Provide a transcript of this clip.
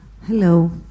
Hello